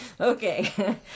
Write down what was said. Okay